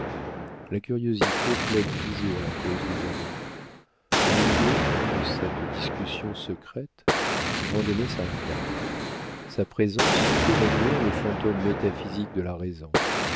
la curiosité plaide toujours la cause des amants au milieu de cette discussion secrète vandenesse arriva sa présence fit évanouir le fantôme métaphysique de la raison